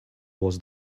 was